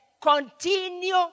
continue